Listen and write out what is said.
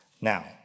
Now